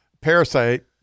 parasite